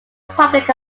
public